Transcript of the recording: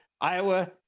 Iowa